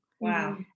Wow